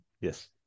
Yes